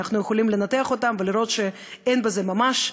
אנחנו יכולים לנתח אותם ולראות שאין בזה ממש,